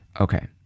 Okay